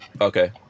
Okay